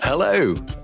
Hello